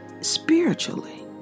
Spiritually